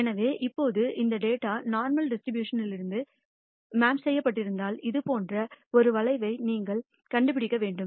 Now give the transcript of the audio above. எனவே இப்போது இந்த டேட்டா நோர்மல் டிஸ்ட்ரிபியூஷன் மிருந்துமேப் செய்யப்பட்டுஇருந்தால் இது போன்ற ஒரு வளைவை நீங்கள் கண்டுபிடிக்க வேண்டும்